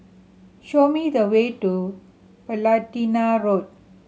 show me the way to Platina Road